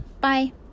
Bye